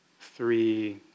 three